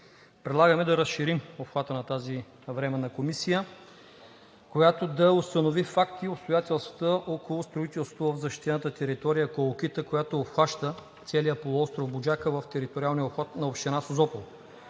предлагаме да разширим обхвата на тази временна комисия, която да установи фактите и обстоятелствата около строителството в защитената територия „Колокита“, която обхваща целия полуостров Буджака в териториалния обхват на община Созопол.